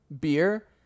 beer